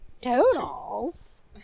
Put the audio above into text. Totals